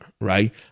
right